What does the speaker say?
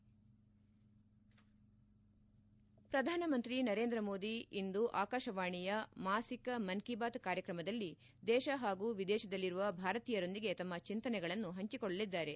head ಪ್ರಧಾನಮಂತ್ರಿ ನರೇಂದ್ರ ಮೋದಿ ಇಂದು ಆಕಾಶವಾಣಿಯ ಮಾಸಿಕ ಮನ್ ಕಿ ಬಾತ್ ಕಾರ್ಯಕ್ರಮದಲ್ಲಿ ದೇಶ ಹಾಗೂ ವಿದೇಶದಲ್ಲಿರುವ ಭಾರತೀಯರೊಂದಿಗೆ ತಮ್ನ ಚಿಂತನೆಗಳನ್ನು ಹಂಚಿಕೊಳ್ಳಲಿದ್ದಾರೆ